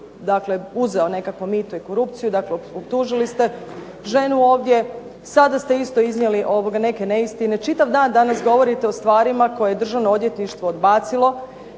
je uzeo nekakvo mito i korupciju, dakle optužili ste ženu ovdje, sada ste isto iznijeli neke neistine. Čitav dan danas govorite o stvarima koje je Državno odvjetništvo odbacilo